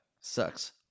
sucks